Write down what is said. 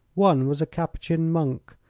one was a cappuccin monk,